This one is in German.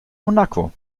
monaco